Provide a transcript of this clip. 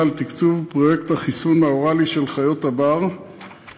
לתקצוב פרויקט החיסון האוראלי של חיות הבר,